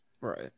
Right